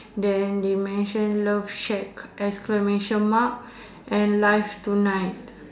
then they mention love shack exclamation mark and live tonight